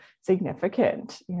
significant